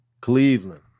Cleveland